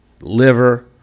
Liver